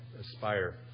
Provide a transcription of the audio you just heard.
aspire